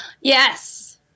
Yes